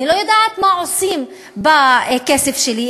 אני לא יודעת מה עושים בכסף שלי.